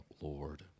Lord